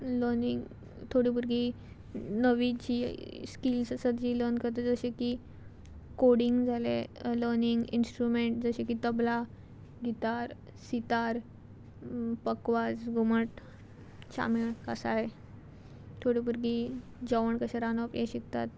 learning थोडी भुरगीं नवीं जी स्किल्स आसा जी लर्न करता जशें की कोडिंग जालें लर्नींग इंस्ट्रुमेंट जशें की तबला गितार सितार पकवाज घुमट शामेळ कासाळें थोडीं भुरगीं जेवण कशें रांदप हें शिकतात